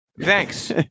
Thanks